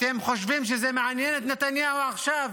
אתם חושבים שזה מעניין את נתניהו עכשיו?